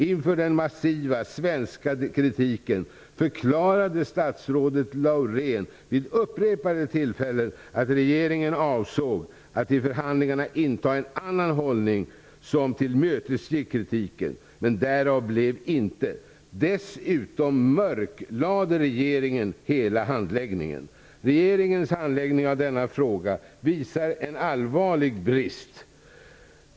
Inför den massiva svenska kritiken förklarade statsrådet Laurén vid upprepade tillfällen att regeringen avsåg att i förhandlingarna inta en annan hållning som tillmötesgick kritiken. Men därav blev intet. Dessutom mörklade regeringen hela handläggningen. Regeringens handläggning av denna fråga visar en allvarlig brist.